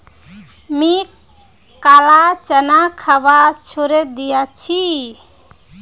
मी काला चना खवा छोड़े दिया छी